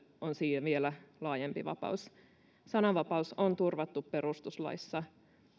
on siihen vielä laajempi vapaus sananvapaus on turvattu perustuslaissa